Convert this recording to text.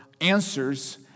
answers